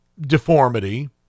deformity